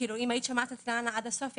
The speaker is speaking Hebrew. אם היית שומעת את אילנה עד הסוף,